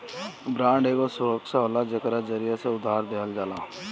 bond एगो सुरक्षा होला जेकरा जरिया से उधार देहल जाला